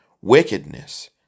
wickedness